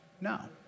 No